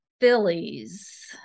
Phillies